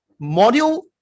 module